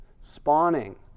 spawning